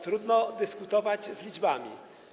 Trudno dyskutować z liczbami.